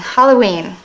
Halloween